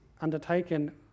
undertaken